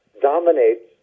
dominates